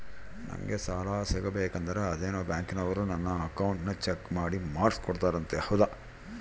ನಂಗೆ ಸಾಲ ಸಿಗಬೇಕಂದರ ಅದೇನೋ ಬ್ಯಾಂಕನವರು ನನ್ನ ಅಕೌಂಟನ್ನ ಚೆಕ್ ಮಾಡಿ ಮಾರ್ಕ್ಸ್ ಕೋಡ್ತಾರಂತೆ ಹೌದಾ?